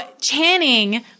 Channing